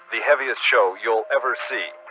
the heaviest show you'll ever see.